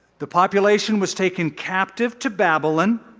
the population was taken captive to babylon,